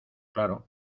claro